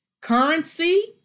currency